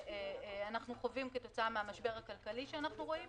שאנחנו חווים כתוצאה מן המשבר הכלכלי שאנחנו רואים,